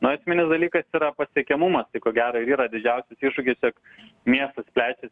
no esminis dalykas yra pasiekiamumas tai ko gero ir yra didžiausias iššūkis jog miestas plečiasi